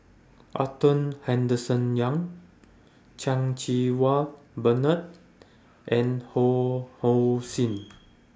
Arthur Henderson Young Chan Cheng Wah Bernard and Ho Hong Sing